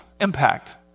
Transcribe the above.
Impact